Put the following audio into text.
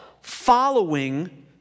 following